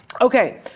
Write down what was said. Okay